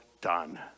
done